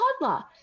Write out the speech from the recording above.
toddler